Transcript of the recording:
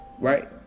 right